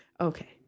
Okay